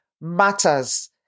matters